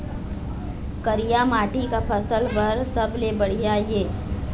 करिया माटी का फसल बर सबले बढ़िया ये?